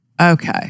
Okay